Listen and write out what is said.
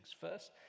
First